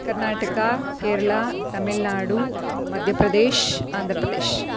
Karnataka Kerala Tamil Nadu Madhya Pradesh Andhra Pradesh